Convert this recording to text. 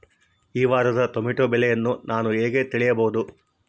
ಈ ವಾರದ ಟೊಮೆಟೊ ಬೆಲೆಯನ್ನು ನಾನು ಹೇಗೆ ತಿಳಿಯಬಹುದು?